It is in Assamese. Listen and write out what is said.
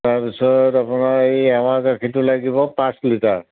তাৰপিছত আপোনাৰ এই এৱা গাখীৰটো লাগিব পাঁচ লিটাৰ